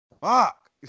Fuck